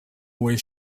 where